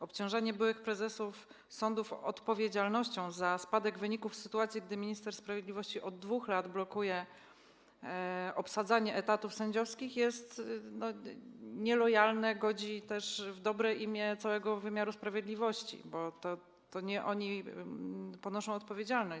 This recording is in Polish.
Obciążenie byłych prezesów sądów odpowiedzialnością za spadek wyników, w sytuacji gdy minister sprawiedliwości od 2 lat blokuje obsadzanie etatów sędziowskich, jest nielojalne, godzi też w dobre imię całego wymiaru sprawiedliwości, bo to nie oni ponoszą za to odpowiedzialność.